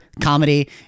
comedy